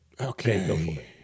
Okay